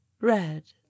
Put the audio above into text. red